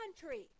country